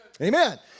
Amen